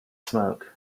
smoke